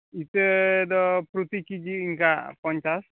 ᱤᱛᱟᱹ ᱫᱚ ᱯᱨᱚᱛᱤ ᱠᱤᱡᱤ ᱚᱱᱠᱟ ᱯᱚᱧᱪᱟᱥ